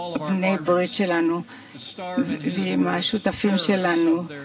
במנוסה, הבירה שלהם נפלה ומה שמכונה "הח'ליפוּת"